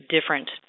different